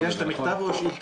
אתה הגשת מכתב או שאילתה?